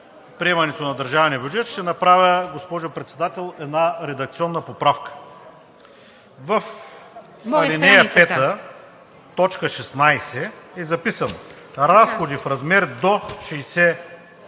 приемането на държавния бюджет, ще направя, госпожо Председател, една редакционна поправка. В ал. 5, т. 16 е записано: „разходи в размер до 60 млн.